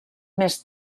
més